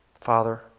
Father